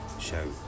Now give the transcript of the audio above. show